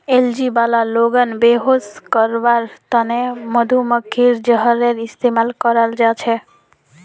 allergy वाला लोगक बेहोश करवार त न मधुमक्खीर जहरेर इस्तमाल कराल जा छेक